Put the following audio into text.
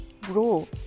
grow